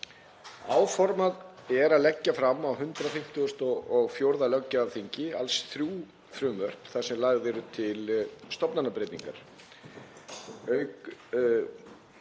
Áformað er að leggja fram á 154. löggjafarþingi alls þrjú frumvörp þar sem lagðar eru til stofnanabreytingar